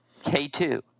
K2